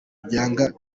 byanga